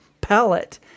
palette